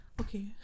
okay